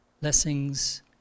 Blessings